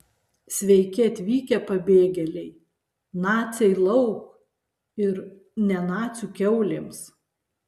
sveiki atvykę pabėgėliai naciai lauk ir ne nacių kiaulėms